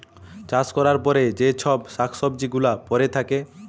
চাষ ক্যরার পরে যে চ্ছব শাক সবজি গুলা পরে থাক্যে